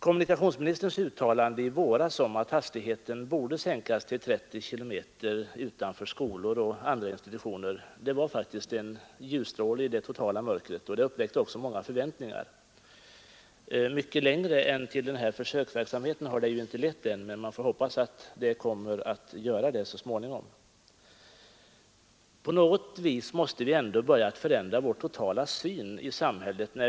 Kommunikationsministerns uttalande i våras om att hastigheten borde sänkas till 30 km/tim utanför skolor och andra institutioner var faktiskt en ljusstråle i det totala mörkret och uppväckte också många förhoppningar. Mycket längre än till den här försöksverksamheten har det inte lett än, men man får hoppas att det kommer att göra det så småningom. På något vis måste vi förändra vår totala syn i samhället.